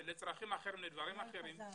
שהם לצרכים אחרים ולדברים אחרים,